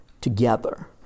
together